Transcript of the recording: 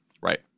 Right